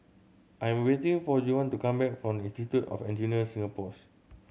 I am waiting for Juwan to come back from Institute of Engineers Singapore's